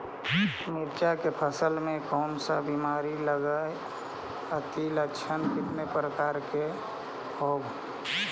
मीरचा के फसल मे कोन सा बीमारी लगहय, अती लक्षण कितने प्रकार के होब?